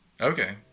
Okay